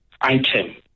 item